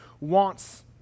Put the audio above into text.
wants